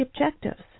objectives